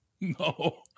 No